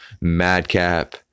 madcap